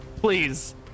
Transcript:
please